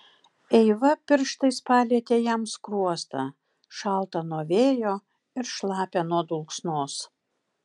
eiva pirštais palietė jam skruostą šaltą nuo vėjo ir šlapią nuo dulksnos